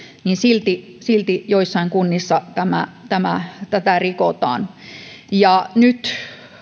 niin silti silti joissain kunnissa tätä rikotaan nyt